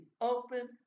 open